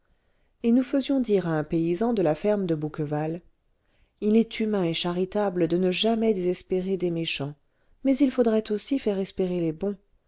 et nous faisions dire à un paysan de la ferme de bouqueval il est humain et charitable de ne jamais désespérer des méchants mais il faudrait aussi faire espérer les bons